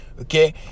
okay